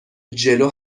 جلو